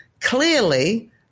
Clearly